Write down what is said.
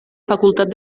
facultat